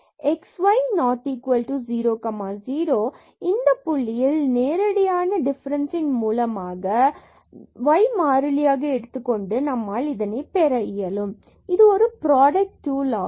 x y not equal to 0 0 புள்ளியில் நேரடியான difference இன் மூலமாக y மாறிலியாக எடுத்துக் கொண்டு நம்மால் இதனைப் பெற இயலும் இது ஒரு ப்ராடக்ட் டூல் ஆகும்